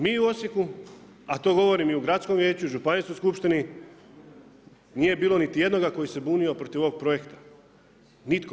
Mi u Osijeku a to govorim o u gradskom vijeću, županijskoj skupštini nije bilo niti jednoga koji se bunio protiv ovoga projekta, nitko.